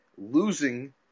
Losing